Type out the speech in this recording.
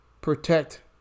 protect